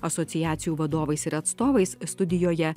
asociacijų vadovais ir atstovais studijoje